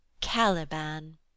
Caliban